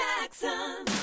Jackson